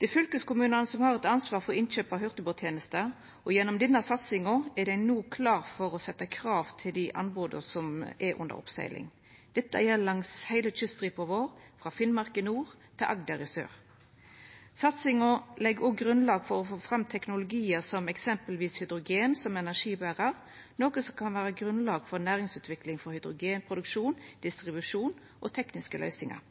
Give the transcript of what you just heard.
Det er fylkeskommunane som har ansvaret for innkjøp av hurtigbåttenester. Gjennom denne satsinga er dei no klare for å setja krav til dei anboda som er under oppsegling. Dette gjeld langs heile kyststripa vår, frå Finnmark i nord til Agder i sør. Satsinga legg òg grunnlag for å få fram teknologiar med eksempelvis hydrogen som energiberar, noko som kan vera grunnlag for næringsutvikling for hydrogenproduksjon og -distribusjon og tekniske løysingar.